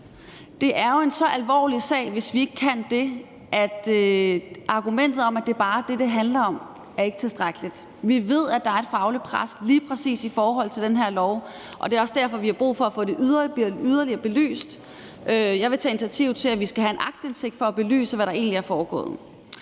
det er en så alvorlig sag, hvis vi ikke kan det, at argumentet om, at det bare er det, det handler om, ikke er tilstrækkeligt. Vi ved, at der er et fagligt pres lige præcis i forhold til den her lov, og det er også derfor, vi har brug for at få det yderligere belyst. Jeg vil tage initiativ til, at vi skal have aktindsigt for at belyse, hvad der egentlig er foregået.